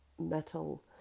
metal